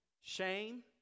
Shame